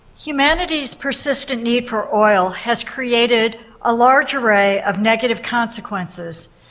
humanity's persistent need for oil has created a large array of negative consequences.